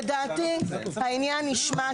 לדעתי העניין נשמט,